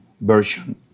version